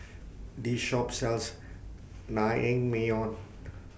This Shop sells Naengmyeon